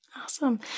Awesome